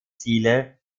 ziele